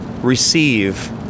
receive